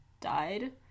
died